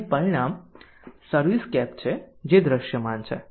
અને પરિણામ સર્વિસસ્કેપ છે જે દૃશ્યમાન છે